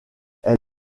elle